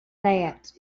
that